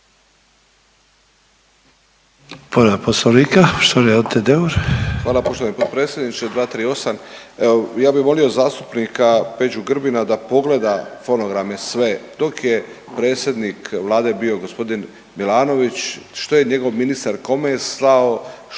Hvala poštovani potpredsjedniče, 238.. Evo ja bi volio zastupnika Peđu Grbina da pogleda fonograme sve dok je predsjednik Vlade bio g. Milanović, što je njegov ministar, kome je slao, što je g. Klisović